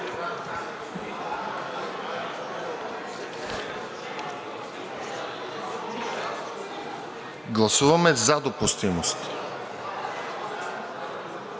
Гласуваме за допустимост.